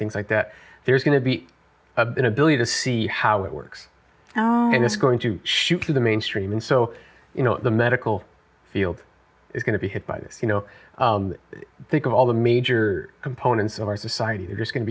things like that there's going to be a bit ability to see how it works oh and it's going to shoot through the mainstream and so you know the medical field is going to be hit by this you know think of all the major components of our society that is going to